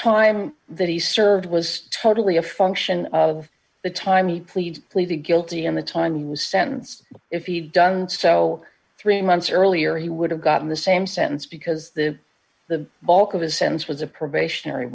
time that he served was totally a function of the time he plead pleaded guilty in the time he was sentenced but if he'd done so three months earlier he would have gotten the same sentence because the the bulk of his sentence was a probationary